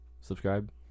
subscribe